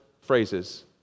phrases